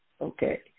Okay